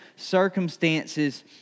circumstances